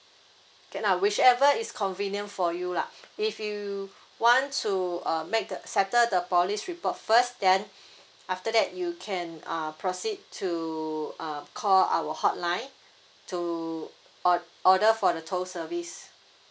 then ah whichever is convenient for you lah if you want to uh make the setter the police report first then after that you can uh proceed to uh call our hotline to order order for the tow service